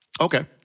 okay